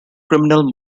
criminal